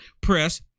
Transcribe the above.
press